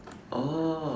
oh